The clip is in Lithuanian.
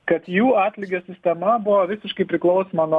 kad jų atlygio sistema buvo visiškai priklausoma nuo